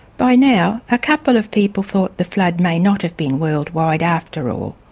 by now a couple of people thought the flood may not have been worldwide after all.